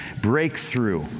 breakthrough